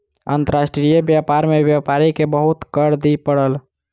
अंतर्राष्ट्रीय व्यापार में व्यापारी के बहुत कर दिअ पड़ल